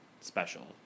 special